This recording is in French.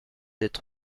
être